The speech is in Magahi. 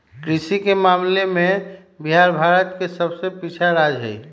कृषि के मामले में बिहार भारत के सबसे पिछड़ा राज्य हई